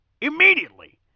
Immediately